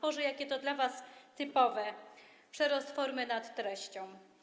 Boże, jakie to dla was typowe - przerost formy nad treścią.